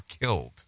killed